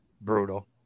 Brutal